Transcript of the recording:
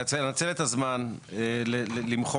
האם לא צריך להסיק פה מסקנות יותר רחבות?